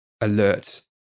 alert